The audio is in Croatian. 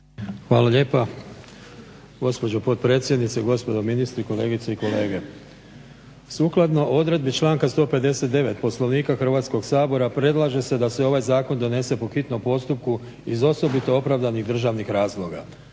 Hvala lijepa. Gospođo potpredsjednice, gospodo ministri, kolegice i kolege. Sukladno odredbi članka 159. Poslovnika Hrvatskog sabora predlaže se da se ovaj zakon donese po hitnom postupku iz osobito opravdanih državnih razloga.